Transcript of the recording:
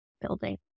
building